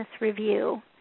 Review